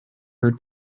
her